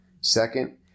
Second